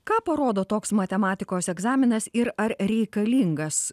ką parodo toks matematikos egzaminas ir ar reikalingas